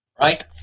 right